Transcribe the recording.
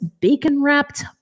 bacon-wrapped